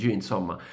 insomma